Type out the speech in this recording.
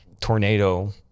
tornado